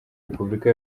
repubulika